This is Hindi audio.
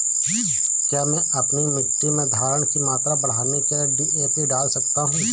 क्या मैं अपनी मिट्टी में धारण की मात्रा बढ़ाने के लिए डी.ए.पी डाल सकता हूँ?